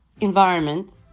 environment